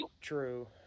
true